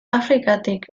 afrikatik